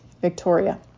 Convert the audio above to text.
Victoria